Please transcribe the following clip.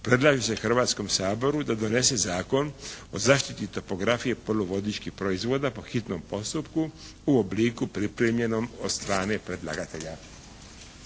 predlaže se Hrvatskom saboru da donese Zakon o zaštiti topografije poluvodičkih proizvoda u hitnom postupku u obliku pripremljenom od strane predlagatelja.